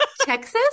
Texas